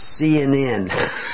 CNN